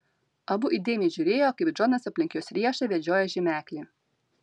abu įdėmiai žiūrėjo kaip džonas aplink jos riešą vedžioja žymeklį